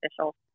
official